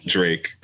Drake